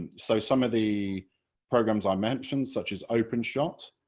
and so some of the programs i mentioned such as openshot,